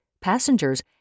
passengers